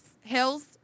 hills